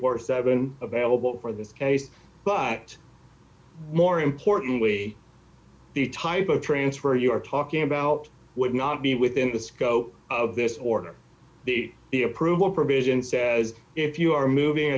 forty seven available for this case but more importantly the type of transfer you're talking about would not be within the scope of this order the the approval provision says if you are moving